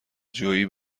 جویی